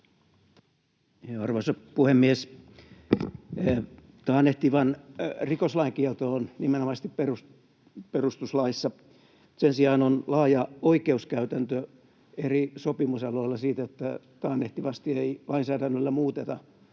Arvoisa puhemies! Taannehtivan rikoslain kielto on nimenomaisesti perustuslaissa. Sen sijaan on laaja oikeuskäytäntö eri sopimusaloilla siitä, että taannehtivasti ei lainsäädännöllä muuteta